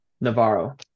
Navarro